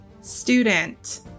Student